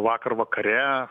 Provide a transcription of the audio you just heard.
vakar vakare